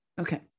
Okay